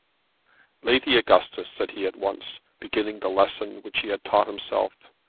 lady augustus, said he at once, beginning the lesson which he had taught himself,